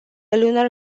lunar